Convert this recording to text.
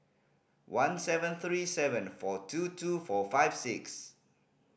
one seven three seven four two two four five six